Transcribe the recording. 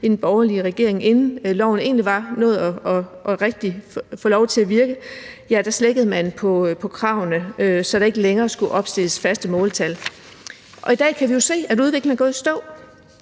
i den borgerlige regering, inden loven egentlig rigtig havde nået at få lov til at virke, slækkede på kravene, så der ikke længere skulle opstilles faste måltal, og i dag kan vi jo se, at udviklingen er gået i stå.